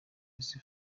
izi